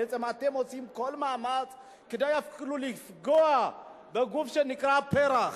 בעצם אתם עושים כל מאמץ כדי לפגוע אפילו בגוף שנקרא פר"ח.